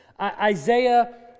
Isaiah